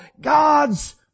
God's